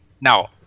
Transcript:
Now